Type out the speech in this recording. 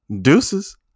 Deuces